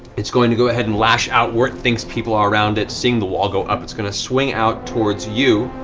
it's going to go ahead and lash outward. thinks people are around it, seeing the wall go up, it's going to swing out towards you.